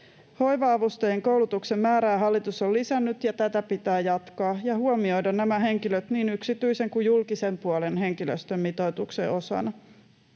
Hoiva-avustajien koulutuksen määrää hallitus on lisännyt. Tätä pitää jatkaa ja huomioida nämä henkilöt niin yksityisen kuin julkisen puolen henkilöstömitoituksen osana.